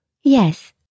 Yes